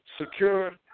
secure